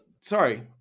Sorry